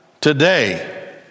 Today